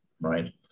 right